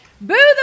Boo